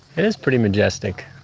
is pretty majestic.